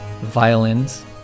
violins